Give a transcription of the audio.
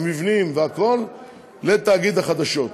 המבניים והכול לתאגיד החדשות,